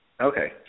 Okay